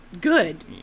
Good